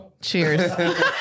Cheers